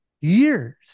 years